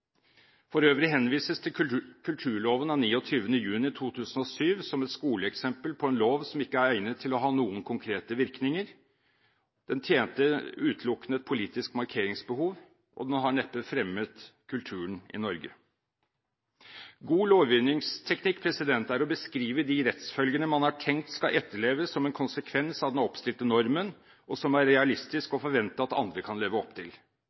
For øvrig henvises til kulturloven av 29. juni 2007, som et skoleeksempel på en lov som ikke er egnet til å ha noen konkrete virkninger. Den tjente utelukkende et politisk markeringsbehov, og den har neppe fremmet kulturen i Norge. God lovgivningsteknikk er å beskrive de rettsfølgene man har tenkt skal etterleves som en konsekvens av den oppstilte normen, og som er realistisk å forvente at andre kan leve opp til.